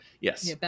Yes